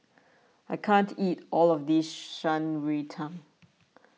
I can't eat all of this Shan Rui Tang